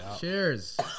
Cheers